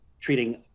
treating